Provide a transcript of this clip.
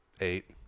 Eight